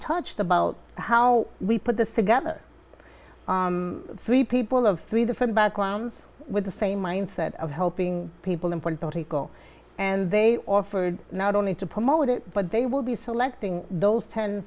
touched about how we put this together three people of three different backgrounds with the same mindset of helping people in puerto rico and they offered not only to promote it but they will be selecting those ten